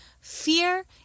Fear